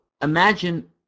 imagine